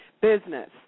business